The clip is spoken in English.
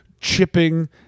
chipping